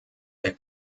der